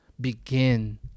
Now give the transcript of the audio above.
begin